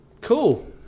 Cool